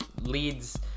leads